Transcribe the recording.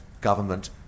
government